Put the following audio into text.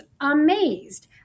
amazed